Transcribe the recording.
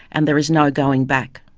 and there is no going back